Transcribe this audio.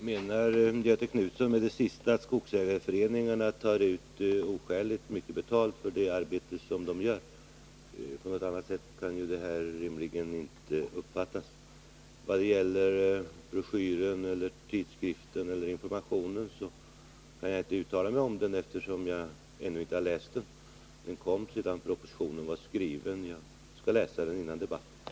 Herr talman! Menar Göthe Knutson med detta sista att skogsäga ningarna tar oskäligt mycket betalt för det arbete som de gör? På något annat sätt kan ju uttalandet inte uppfattas. Vad gäller broschyren och dess information kan jag inte uttala mig, eftersom jag ännu inte läst den. Den kom ut sedan propositionen var skriven. Jag skall läsa den innan debatten äger rum.